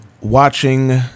watching